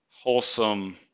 wholesome